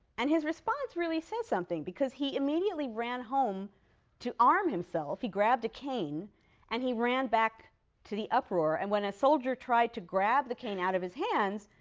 and his response really says something, because he immediately ran home to arm himself. he grabbed a cane and he ran back to the uproar, and when a soldier tried to grab the cane out of his hands,